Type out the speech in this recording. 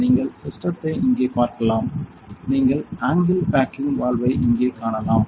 நீங்கள் சிஸ்டத்தை இங்கே பார்க்கலாம் நீங்கள் ஆங்கில் பேக்கிங் வால்வை இங்கே காணலாம்